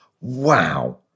wow